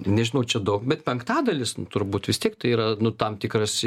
nežinau čia daug bet penktadalis turbūt vis tiek tai yra nu tam tikras